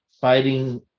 fighting